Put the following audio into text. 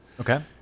Okay